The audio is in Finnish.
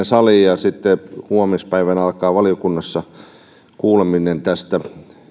saliin ja sitten huomispäivänä alkaa valiokunnassa kuuleminen tästä